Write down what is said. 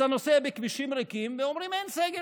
אתה נוסע בכבישים ריקים ואומרים: אין סגר,